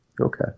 Okay